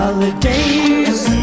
Holidays